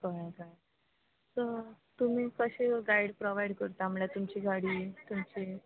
कळें कळें सो तुमी कशें गायड प्रॉवायड करता म्हळ्ळ्या तुमची गाडी तुमची